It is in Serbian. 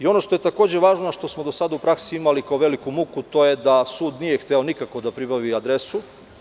Ono što je takođe važno, a što smo do sada u praksi imali kao veliku muku, to je da sud nije hteo nikako da pribavi adresu.